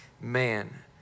man